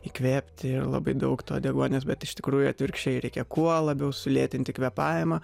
įkvėpti ir labai daug to deguonies bet iš tikrųjų atvirkščiai reikia kuo labiau sulėtinti kvėpavimą